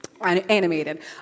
Animated